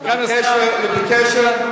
זה בקשר,